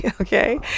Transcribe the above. okay